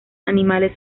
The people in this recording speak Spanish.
animales